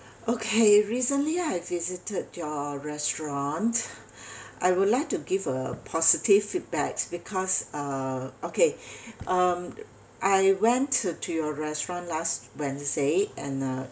okay recently I visited your restaurant I would like to give a positive feedbacks because uh okay um I went to your restaurant last wednesday and uh